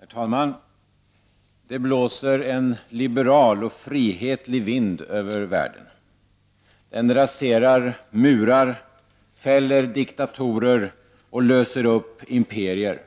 Herr talman! Det blåser en liberal och frihetlig vind över världen. Den raserar murar, fäller diktatorer och löser upp imperier.